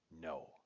no